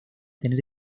tener